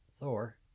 Thor